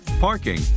parking